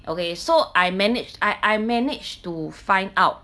okay so I managed I I managed to find out